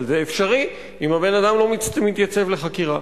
אבל זה אפשרי אם הבן-אדם לא מתייצב לחקירה.